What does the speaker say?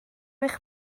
eich